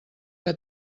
que